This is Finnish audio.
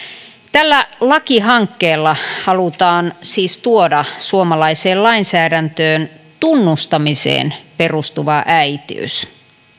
tällä lakihankkeella halutaan siis tuoda suomalaiseen lainsäädäntöön tunnustamiseen perustuva äitiys